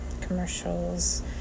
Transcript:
commercials